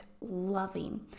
loving